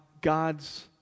God's